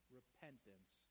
repentance